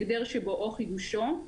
הגדר שבו או חידושו,